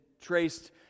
traced